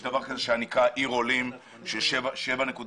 יש דבר כזה שנקרא עיר עולים של 7.6